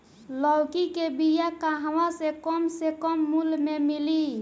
लौकी के बिया कहवा से कम से कम मूल्य मे मिली?